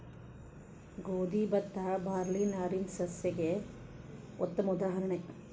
ಗೋದಿ ಬತ್ತಾ ಬಾರ್ಲಿ ನಾರಿನ ಸಸ್ಯಕ್ಕೆ ಉತ್ತಮ ಉದಾಹರಣೆ